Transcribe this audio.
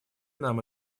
нам